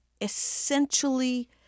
essentially